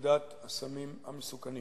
ופקודת הסמים המסוכנים.